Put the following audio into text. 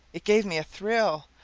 it gave me a thrill,